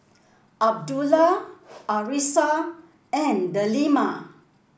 Abdullah Arissa and Delima